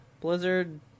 Blizzard